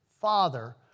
father